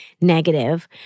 negative